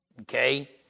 okay